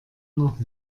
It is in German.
noch